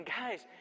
guys